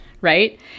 right